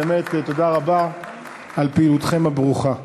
באמת, תודה רבה על פעילותכם הברוכה.